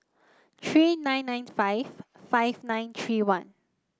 three nine nine five five nine three one